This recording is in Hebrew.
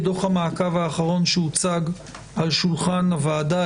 עיקרי דוח המעקב האחרון שהוצג על שולחן הוועדה